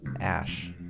Ash